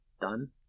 done